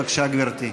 בבקשה, גברתי.